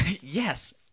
Yes